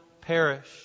perish